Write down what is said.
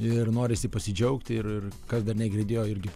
ir norisi pasidžiaugti ir ir kas dar negirdėjo irgi